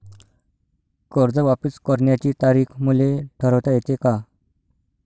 कर्ज वापिस करण्याची तारीख मले ठरवता येते का?